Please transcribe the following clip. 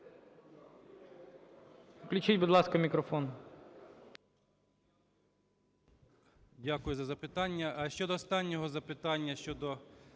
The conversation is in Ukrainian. Включіть, будь ласка, мікрофон.